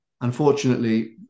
unfortunately